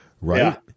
right